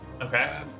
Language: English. Okay